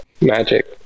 magic